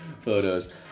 photos